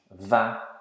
VA